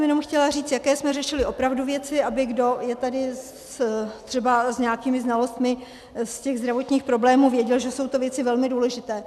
Jenom jsem chtěla říct, jaké jsme řešili opravdu věci, aby kdo je tady třeba s nějakými znalostmi ze zdravotních problémů, věděl, že jsou to věci velmi důležité.